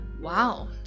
Wow